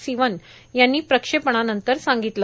सिवन यांनी प्रक्षेपणानंतर सांगितलं